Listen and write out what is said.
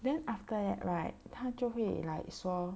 then after that right 他就会 like 说